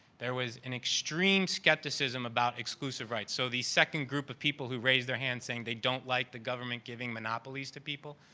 there was an extreme skepticism about exclusive rights. so, the second group of people who raised their hands saying they don't like the government giving monopolies to people,